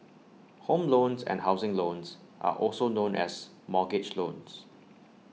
home loans and housing loans are also known as mortgage loans